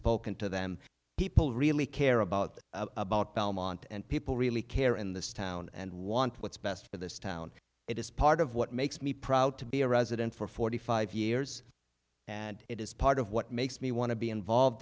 spoken to them people really care about about belmont and people really care in this town and want what's best for this town it is part of what makes me proud to be a resident for forty five years and it is part of what makes me want to be involved